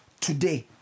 today